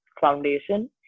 foundation